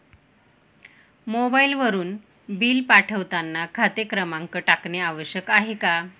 मोबाईलवरून बिल पाठवताना खाते क्रमांक टाकणे आवश्यक आहे का?